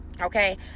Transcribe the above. okay